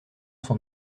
son